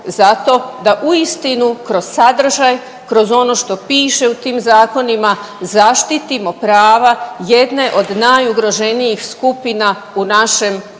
zato da uistinu kroz sadržaj, kroz ono što piše u tim zakonima zaštitimo prava jedne od najugroženijih skupina u našem društvu.